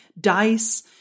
DICE